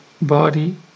body